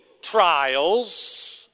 trials